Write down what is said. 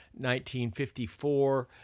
1954